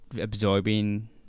absorbing